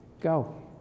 go